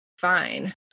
fine